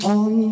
on